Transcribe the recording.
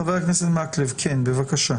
חבר הנסת מקלב, בבקשה.